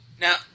Now